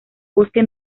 bosque